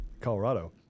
Colorado